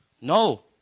No